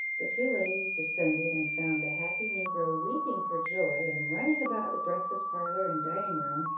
the two ladies descended, and found the happy negro weeping for joy, and running about the breakfast-parlour and dining-room,